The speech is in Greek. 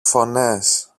φωνές